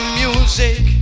music